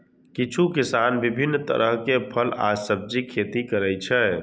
किछु किसान विभिन्न तरहक फल आ सब्जीक खेती करै छै